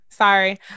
sorry